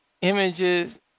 images